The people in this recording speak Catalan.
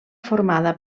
formada